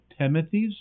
Timothys